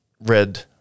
red